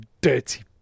dirty